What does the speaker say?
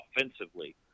offensively